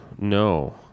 no